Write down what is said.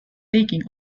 taking